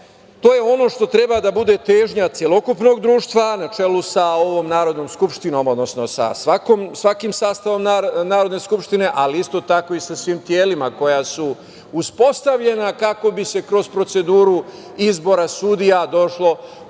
to je ono što treba da bude težnja celokupnog društva, na čelu sa ovom Narodnom skupštinom, odnosno sa svakim sastavom Narodne skupštine, ali isto tako i sa svim telima koja su uspostavljena kako bi se kroz proceduru izbora sudija došlo